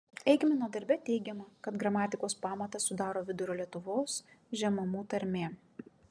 eigmino darbe teigiama kad gramatikos pamatą sudaro vidurio lietuvos žemumų tarmė